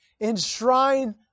Enshrine